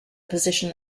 position